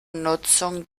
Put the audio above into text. nutzung